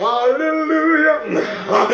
Hallelujah